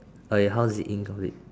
okay how is it of it